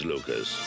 Lucas